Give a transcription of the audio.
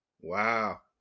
Wow